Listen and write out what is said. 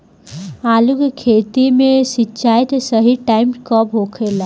आलू के खेती मे सिंचाई के सही टाइम कब होखे ला?